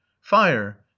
fire